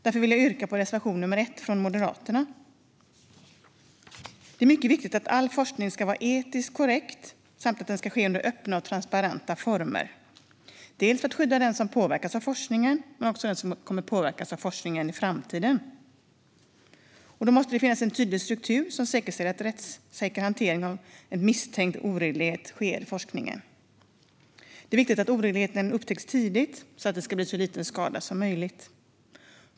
Därför vill jag yrka bifall till reservation 1 från Moderaterna. Det är mycket viktigt att all forskning ska vara etiskt korrekt samt att den ska ske under öppna och transparenta former, dels för att skydda den som påverkas av forskningen, dels för att skydda den som kommer att påverkas av forskningen i framtiden. Det måste finnas en tydlig struktur som säkerställer att det sker en rättssäker hantering av misstänkt oredlighet i forskningen. Det är viktigt att oredligheten upptäcks tidigt så att det ska bli så liten skada som möjligt.